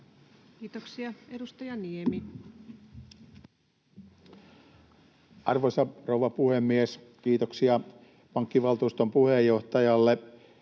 Kiitoksia. — Edustaja Niemi. Arvoisa rouva puhemies! Kiitoksia pankkivaltuuston puheenjohtajalle.